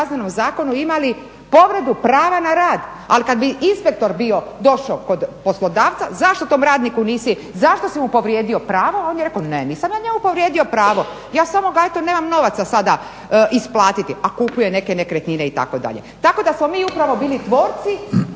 u Kaznenom zakonu imali povredu prava na rad, al kad bi inspektor bio došao kod poslodavca zašto tom radniku nisi, zašto si mu povrijedio pravo, on je rekao ne, nisam ja njemu povrijedio pravo, ja samo gledajte nemam novaca sada isplatiti a kupuje neke nekretnine itd. tako da smo mi upravo bili tvorci,